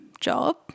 job